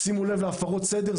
שימו לב להפרות הסדר.